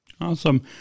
Awesome